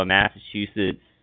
Massachusetts